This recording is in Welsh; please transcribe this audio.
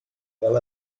fel